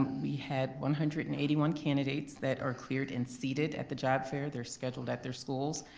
we had one hundred and eighty one candidates that are cleared and seated at the job fair. they're scheduled at their schools.